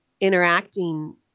interacting